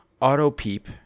Auto-peep